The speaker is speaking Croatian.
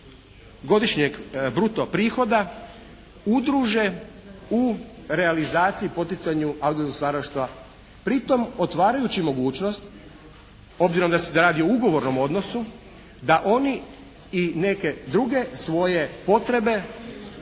godišnjeg bruto prihoda udruže u realizaciji i poticanju audiovizualnog stvaralaštva pri tom otvarajući mogućnost obzirom da se radi o ugovornom odnosu da oni i neke druge svoje potrebe i